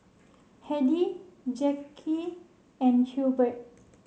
Hedy Jacque and Hubert